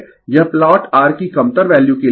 यह plot R की कमतर वैल्यू के लिए है